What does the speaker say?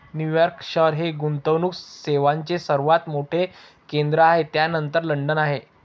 New York शहर हे गुंतवणूक सेवांचे सर्वात मोठे केंद्र आहे त्यानंतर लंडन आहे